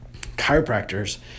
chiropractors